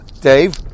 Dave